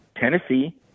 Tennessee